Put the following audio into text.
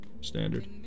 standard